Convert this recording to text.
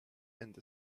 and